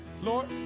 Lord